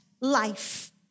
life